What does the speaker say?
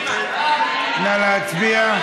נא להצביע.